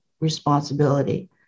responsibility